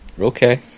Okay